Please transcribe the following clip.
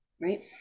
Right